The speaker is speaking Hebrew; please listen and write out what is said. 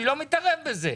אני לא מתערב בזה.